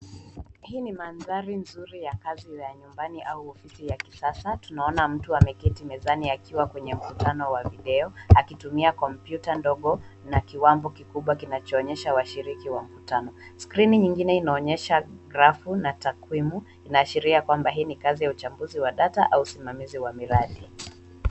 Hii ni mandari nzuri ya kazi za nyumbani au ofisi za kisasa. Tunaona mtu akiwa ameketi mezani akiwa kwenye mkutano wa video akitumia kompyuta ndogo na kiwambo kikubwa kinachoonyesha washiriki wa mkutano. Skrini nyingine inaonyesha grafu na takwimu. Inaashiria kwamba hii ni kazi ya uchambuzi wa data au usimamizi wa miradi.